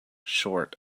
short